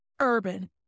urban